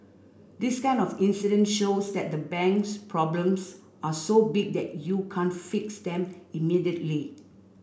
this kind of incident shows that the bank's problems are so big that you can't fix them immediately